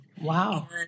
Wow